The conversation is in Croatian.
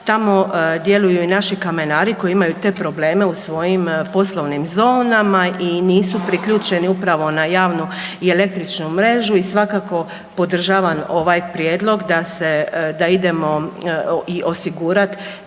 tamo djeluju i naši kamenari koji imaju te probleme u svojim poslovnim zonama i nisu priključeni upravo na javnu i električnu mrežu. I svakako podržavam ovaj prijedlog da idemo osigurati